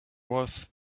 worth